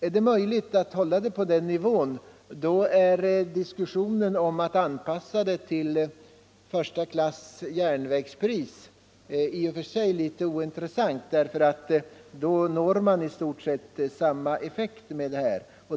Är det möjligt att hålla priset på den nivån, är diskussionen om att anpassa det till priset på första klass järnväg i och för sig litet ointressant, eftersom man når samma effekt med detta förslag.